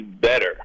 better